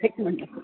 हिकु मिंट